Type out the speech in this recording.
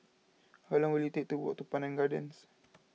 how long will it take to walk to Pandan Gardens